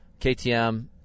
KTM